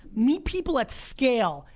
meet people at scale.